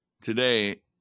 today